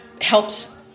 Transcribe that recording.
helps